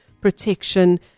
protection